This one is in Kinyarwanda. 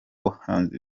bahanzi